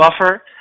Buffer